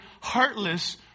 heartless